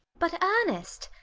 but, ernest,